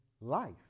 life